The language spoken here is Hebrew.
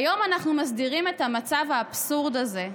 היום אנחנו מסדירים את המצב האבסורדי הזה,